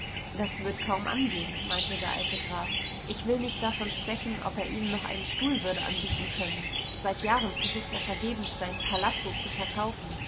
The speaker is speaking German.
das wird kaum angehen meinte der alte graf ich will nicht davon sprechen ob er ihnen noch einen stuhl würde anbieten können seit jahren versucht er vergebens seinen palazzo zu verkaufen